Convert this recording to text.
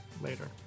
later